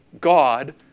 God